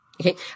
Okay